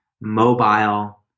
Mobile